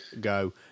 go